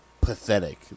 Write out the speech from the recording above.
pathetic